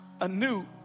anew